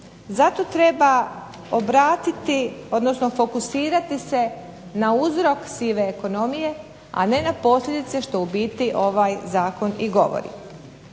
Zato treba obratiti, odnosno fokusirati se na uzrok sive ekonomije, a ne posljedice što u biti ovaj zakon i govori.